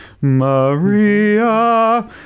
Maria